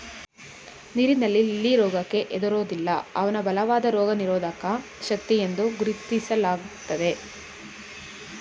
ನೀರಿನ ಲಿಲ್ಲಿ ರೋಗಕ್ಕೆ ಹೆದರೋದಿಲ್ಲ ಅವ್ನ ಬಲವಾದ ರೋಗನಿರೋಧಕ ಶಕ್ತಿಯೆಂದು ಗುರುತಿಸ್ಲಾಗ್ತದೆ